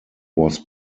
was